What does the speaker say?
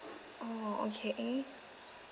orh okay